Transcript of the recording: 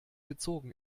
gezogen